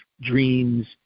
dreams